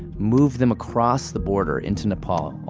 move them across the border and to nepal,